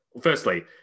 firstly